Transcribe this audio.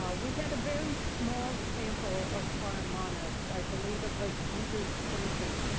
um we had a very small sample of farm monarchs. i believe it was under twenty.